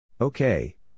Okay